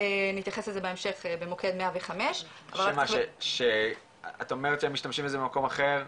אני אתייחס לזה בהמשך במוקד 105. את אומרת שהם משתמשים בזה במקום אחר?